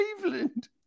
Cleveland